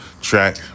track